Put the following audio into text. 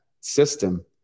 system